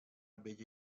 bella